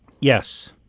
Yes